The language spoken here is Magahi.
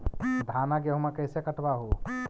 धाना, गेहुमा कैसे कटबा हू?